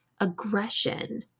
aggression